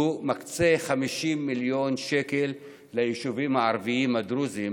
שהוא מקצה 50 מיליון שקל לישובים הערביים והדרוזיים.